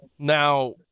Now